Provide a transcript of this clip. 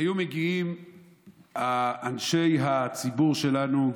היו מגיעים אנשי הציבור שלנו,